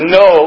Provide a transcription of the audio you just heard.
no